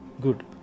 good